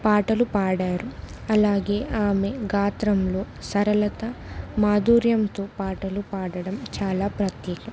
పాటలు పాడారు అలాగే ఆమె గాత్రంలో సరళత మాధుర్యంతో పాటలు పాడడం చాలా ప్రత్యేకం